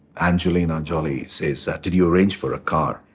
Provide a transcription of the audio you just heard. angelina jolie says that, did you arrange for a car?